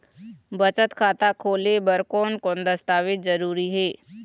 बचत खाता खोले बर कोन कोन दस्तावेज जरूरी हे?